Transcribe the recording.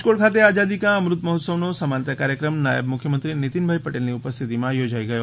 રાજકોટ ખાતે આઝાદી કા અમૃત મહોત્સવ નો સમાંતર કાર્યક્રમ નાયબ મુખ્યમંત્રી નીતિનભાઈ પટેલની ઉપસ્થિતિમાં યોજાઈ ગયો